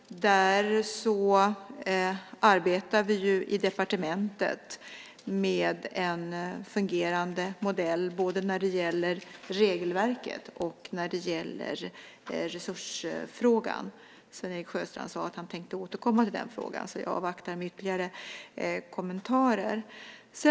Där arbetar vi i departementet med en fungerande modell, både när det gäller regelverket och när det gäller resursfrågan. Sven-Erik Sjöstrand sade att han tänkte återkomma till den frågan, så jag avvaktar med ytterligare kommentarer.